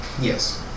Yes